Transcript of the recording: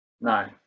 No